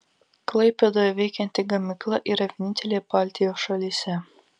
klaipėdoje veikianti gamykla yra vienintelė baltijos šalyse